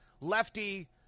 Lefty